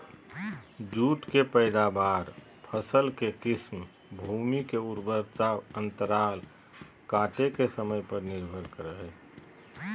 जुट के पैदावार, फसल के किस्म, भूमि के उर्वरता अंतराल काटे के समय पर निर्भर करई हई